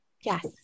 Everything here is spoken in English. Yes